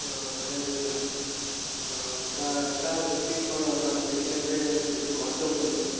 ହଁ ହଜାର ଦୁଇ ହଜାର ହଁ ତ ସାର୍ ବେଶୀ କ'ଣ ମାନେ ମେଡ଼ିକାଲ୍ରେ ବେଶୀ ଗହଳି ରହୁଛନ୍ତି କି